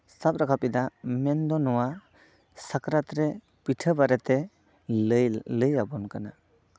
ᱥᱟᱵ ᱨᱟᱠᱟᱵᱽ ᱮᱫᱟ ᱢᱮᱱᱫᱚ ᱱᱚᱣᱟ ᱥᱟᱠᱨᱟᱛ ᱨᱮ ᱯᱤᱴᱷᱟᱹ ᱵᱟᱨᱮᱛᱮ ᱞᱟᱹᱭ ᱞᱟᱹᱭ ᱟᱵᱚᱱ ᱠᱟᱱᱟ